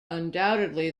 undoubtedly